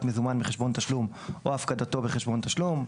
מזומן מחשבון תשלום או הפקדתו בחשבון תשלום".